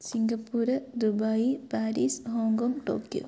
Singapore Dubai Paris Hong Kong Tokyo